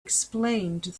explained